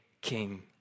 king